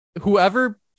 whoever